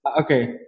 Okay